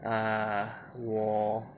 ah 我